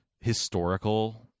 historical